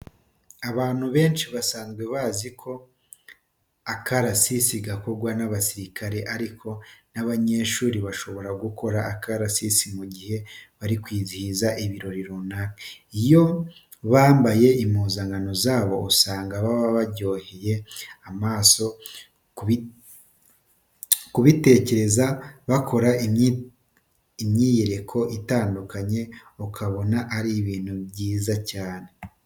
Abantu benshi basanzwe bazi ko akarasisi gakorwa n'abasirikare ariko n'abanyeshuri bashobora gukora akarasisi mu gihe bari kwizihiza ibirori runaka. Iyo bambaye impuzankano zabo usanga baba baryoheye amaso kubitegereza bakora imyiyereko itandukanye ukabona ari ibintu byiza cyane.